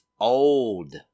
old